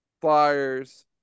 Flyers